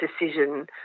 decision